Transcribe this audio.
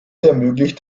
ermöglicht